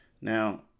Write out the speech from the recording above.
Now